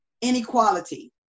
inequality